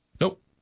Nope